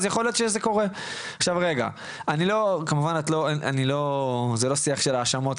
אז יכול להיות שזה קורה וכמובן זה לא שיח של האשמות,